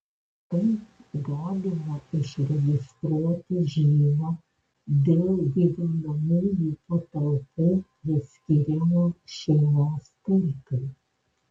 kaip galima išregistruoti žymą dėl gyvenamųjų patalpų priskyrimo šeimos turtui